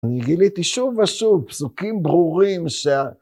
אני גיליתי שוב ושוב פסוקים ברורים שה...